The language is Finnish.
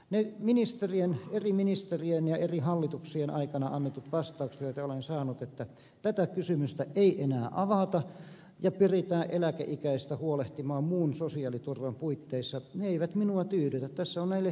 ne eri ministerien ja eri hallituksien aikana annetut vastaukset joita olen saanut että tätä kysymystä ei enää avata ja pyritään eläkeikäisistä huolehtimaan muun sosiaaliturvan puitteissa eivät minua tyydytä